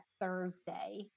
Thursday